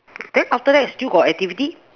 then after that still got activity